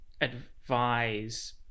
advise